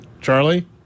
Charlie